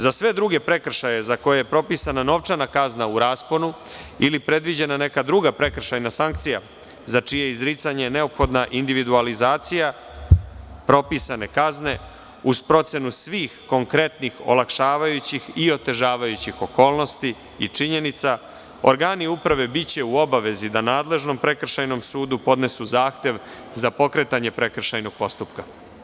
Za sve druge prekršaje za koje je propisana novčana kazna u rasponu ili predviđena neka druga prekršajna sankcija za čije izricanje je neophodna individualizacija propisane kazne, uz procenu svih konkretnih olakšavajućih i otežavajućih okolnosti i činjenica, organi upravi biće u obavezi da nadležnom prekršajnom sudu podnesu zahtev za pokretanje prekršajnog postupka.